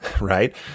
right